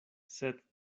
sed